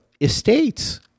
Estates